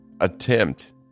attempt